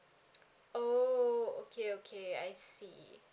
oh okay okay I see